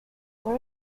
what